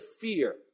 fear